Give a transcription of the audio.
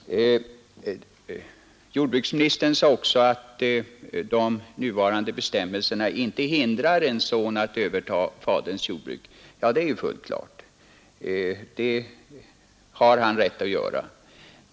Jordbruksministern sade också att de nuvarande bestämmelserna inte hindrar en son att överta faderns jordbruk. Ja, det är fullt klart att han har rätt att göra det.